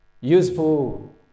useful